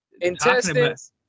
Intestines